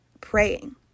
praying